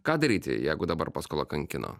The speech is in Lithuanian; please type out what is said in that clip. ką daryti jeigu dabar paskola kankino